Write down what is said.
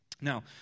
Now